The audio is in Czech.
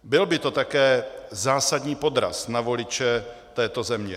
Byl by to také zásadní podraz na voliče této země.